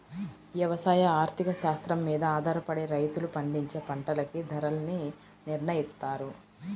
యవసాయ ఆర్థిక శాస్త్రం మీద ఆధారపడే రైతులు పండించే పంటలకి ధరల్ని నిర్నయిత్తారు